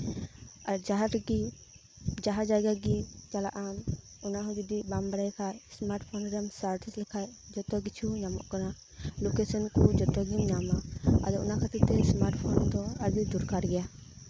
ᱟᱨ ᱡᱟᱸᱦᱟ ᱨᱮᱜᱮ ᱡᱟᱸᱦᱟ ᱡᱟᱭᱜᱟ ᱜᱮ ᱪᱟᱞᱟᱜ ᱟᱢ ᱚᱱᱟ ᱦᱚᱸ ᱡᱩᱫᱤ ᱵᱟᱢ ᱵᱟᱲᱟᱭ ᱠᱷᱟᱱ ᱥᱢᱟᱨᱴ ᱯᱷᱳᱱ ᱨᱮᱢ ᱥᱟᱨᱪ ᱞᱮᱠᱷᱟᱱ ᱡᱚᱛᱚ ᱠᱤᱪᱷᱩ ᱧᱟᱢᱚᱜ ᱠᱟᱱᱟ ᱞᱳᱠᱮᱥᱚᱱ ᱠᱚ ᱡᱚᱛᱚ ᱜᱮᱢ ᱧᱟᱢᱟ ᱟᱞᱮ ᱚᱱᱟ ᱠᱷᱟᱹᱛᱤᱨ ᱛᱮ ᱥᱢᱟᱨᱴ ᱯᱷᱳᱱ ᱫᱚ ᱟᱹᱰᱤ ᱫᱚᱨᱠᱟᱨ ᱜᱮᱭᱟ